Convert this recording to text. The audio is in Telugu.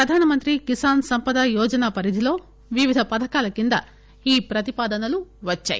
ప్రధానమంత్రి కిసాన్ సంపద యోజన పరిధిలో వివిధ పథకాల కింద ఈ ప్రతిపాదనలు వచ్చాయి